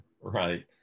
right